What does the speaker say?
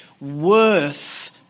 worth